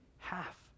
Half